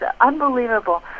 unbelievable